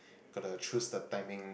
gotta choose the timing